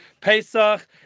Pesach